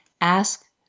Ask